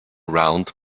round